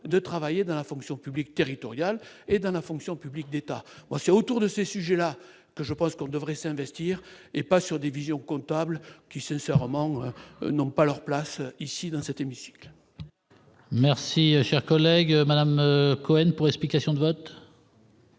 de travailler dans la fonction publique territoriale et dans la fonction publique d'État, c'est autour de ces sujets-là, je pense qu'on devrait s'investir et pas sur des visions comptables qui se ce roman n'ont pas leur place ici dans cet hémicycle. Merci, cher collègue Madame Cohen pour explication de vote.